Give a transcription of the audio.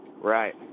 Right